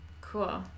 Cool